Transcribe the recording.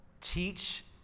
teach